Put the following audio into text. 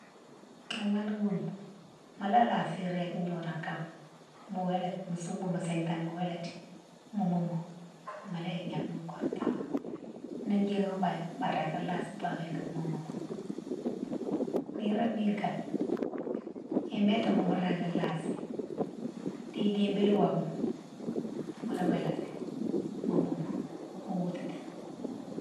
Yakema ni boumo mola lasi irégue gnodone kama mo wélati, mo souboun mo sintane, mo wélati mo moumou mo la yike yakema nkouti, ni djihine baye ma mo régui lasi babiyone kanan mo moumou. Nirone bine kane imétama mo régui lasi, di dibile wobma mola wélati mo moumou, mo woutiti ni.